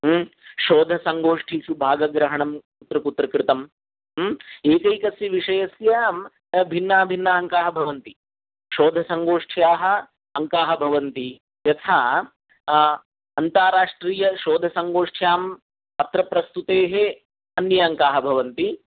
शोधसङ्गोष्ठीषु भागग्रहणं कुत्र कुत्र कृतं एकैकस्य विषयस्य भिन्ना भिन्नाः अङ्काः भवन्ति शोधसङ्गोष्ठ्याः अङ्काः भवन्ति यथा अन्ताराष्ट्रीयशोदसङ्घोष्ठ्यां पत्रप्रस्तुतेः अन्ये अङ्काः भवन्ति